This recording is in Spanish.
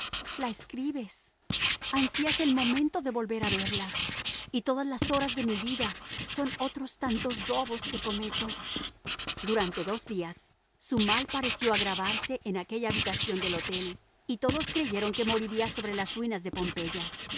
la escribes ansias el momento de volver a verla y todas las horas de mi vida son otros tantos robos que cometo durante dos días su mal pareció agravarse en aquella habitación del hotel y todos creyeron que moriría sobre las ruinas de pompeya